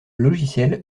logiciel